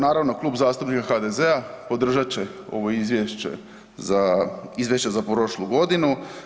Naravno Klub zastupnika HDZ-a podržat će ovo izvješće za, izvješće za prošlu godinu.